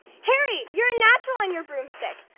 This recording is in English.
harry, you're a natural on your broomstick.